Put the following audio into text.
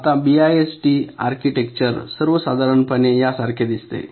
आता BIST architecture सर्व साधारणपणे यासारखे दिसते